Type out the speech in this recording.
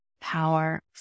power